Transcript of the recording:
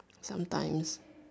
sometimes